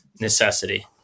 necessity